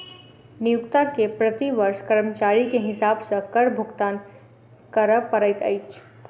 नियोक्ता के प्रति वर्ष कर्मचारी के हिसाब सॅ कर भुगतान कर पड़ैत अछि